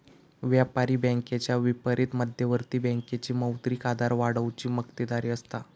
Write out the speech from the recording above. व्यापारी बँकेच्या विपरीत मध्यवर्ती बँकेची मौद्रिक आधार वाढवुची मक्तेदारी असता